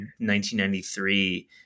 1993